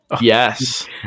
yes